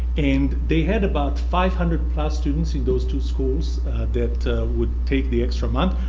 and they had about five hundred plus students in those two schools that would take the extra month.